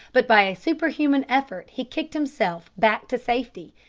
but by a superhuman effort he kicked himself back to safety,